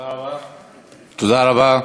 תודה רבה.